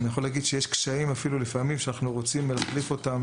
אני יכול להגיד שיש קשיים כשאנחנו רוצים להחליף אותם